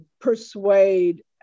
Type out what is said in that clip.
persuade